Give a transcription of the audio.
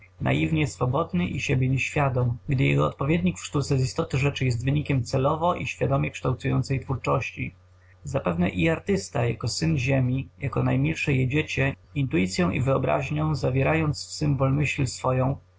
naiwnie swobodny i siebie nieświadom gdy jego odpowiednik w sztuce z istoty rzeczy wynikiem celowo i świadomie kształtującej twórczości zapewne i artysta jako syn ziemi jako najmilsze jej dziecię intuicyą i wyobraźnią zawierając w symbol myśl swoją